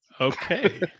Okay